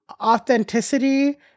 authenticity